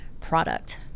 product